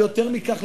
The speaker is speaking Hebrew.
ויותר מכך,